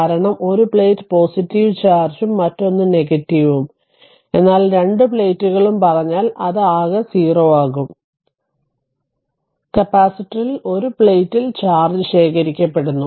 കാരണം ഒരു പ്ലേറ്റ് ചാർജും മറ്റൊന്ന് എന്നാൽ രണ്ട് പ്ലേറ്റുകളും പറഞ്ഞാൽ അത് 0 ആകും കപ്പാസിറ്ററിൽ ഒരു പ്ലേറ്റിൽ ചാർജ് ശേഖരിക്കപ്പെടുന്നു